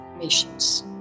patients